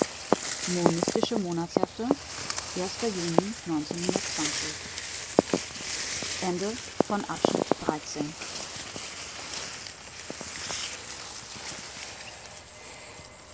monistische monatshefte juni